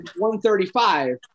135